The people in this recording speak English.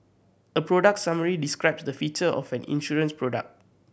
a product summary describes the feature of an insurance product